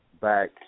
back